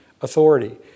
authority